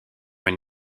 une